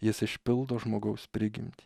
jis išpildo žmogaus prigimtį